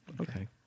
Okay